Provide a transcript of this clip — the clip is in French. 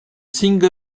single